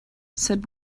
said